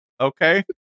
okay